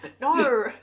No